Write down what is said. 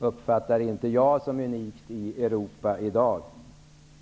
är det inte unikt i Europa i dag.